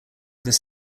this